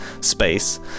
space